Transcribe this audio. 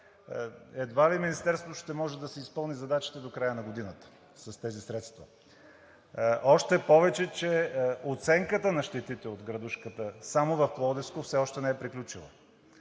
Едва ли Министерството ще може да си изпълни задачите до края на годината с тези средства, още повече че оценката на щетите от градушката само в Пловдивско все още не е приключила.